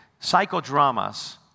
psychodramas